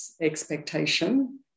expectation